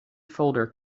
folder